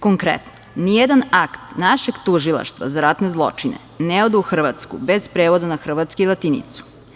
Konkretno, nijedan akt našeg Tužilaštva za ratne zločine ne ode u Hrvatsku bez prevoda na hrvatski i latinicu.